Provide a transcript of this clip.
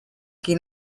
qui